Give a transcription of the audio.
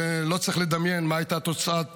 ולא צריך לדמיין מה הייתה תוצאת הדיון.